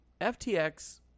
FTX